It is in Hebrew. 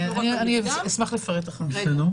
אשמח לפרט אחרי זה.